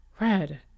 Red